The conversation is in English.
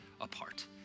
apart